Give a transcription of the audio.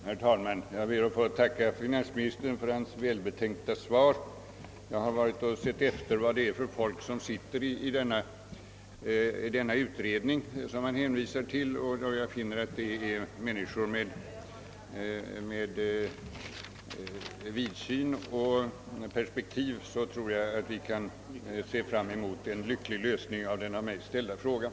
Herr talman! Jag ber att få tacka finansministern för hans välbetänkta svar. Jag har sett efter vad det är för personer som sitter i den utredning finansministern hänvisar till, och då jag finner att det är människor med vidsyn och perspektiv tror jag vi kan se fram emot en lycklig lösning på den av mig ställda frågan.